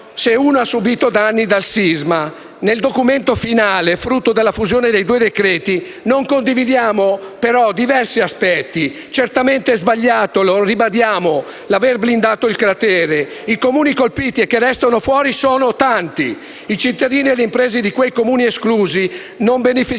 se uno ha subito danni dal sisma. Del documento finale, frutto della fusione dei due decreti-legge, non condividiamo però diversi aspetti. Certamente sbagliato - lo ribadiamo - è l'aver blindato il cratere. I Comuni colpiti e che restano fuori sono tanti. I cittadini e le imprese di quei Comuni esclusi non godranno